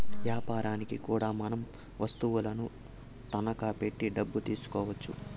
యాపారనికి కూడా మనం వత్తువులను తనఖా పెట్టి డబ్బు తీసుకోవచ్చు